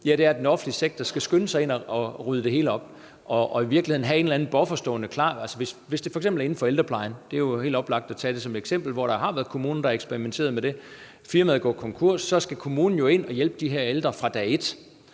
Ja, det er, at den offentlige sektor skal skynde sig ind og rydde det hele op, og altså i virkeligheden at have en eller anden buffer stående klar. Hvis det f.eks. er inden for ældreplejen – det er jo helt oplagt at tage det som eksempel, fordi der har været kommuner, der har eksperimenteret med det – at et firma går konkurs, så skal kommunen jo ind og hjælpe de her ældre fra dag et.